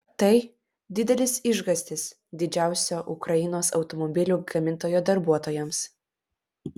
tai didelis išgąstis didžiausio ukrainos automobilių gamintojo darbuotojams